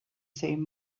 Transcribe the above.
same